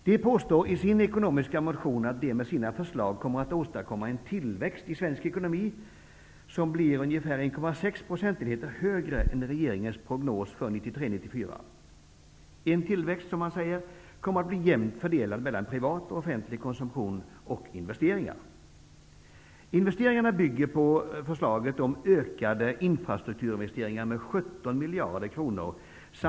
De påstår i sin ekonomiska motion att de med sina förslag kommer att åstadkomma en tillväxt i svensk ekonomi som blir ca 1,6 procentenheter högre än regeringens prognos för 1993/94 -- en tillväxt som man säger kommer att bli jämnt fördelad mellan privat och offentlig konsumtion och investeringar.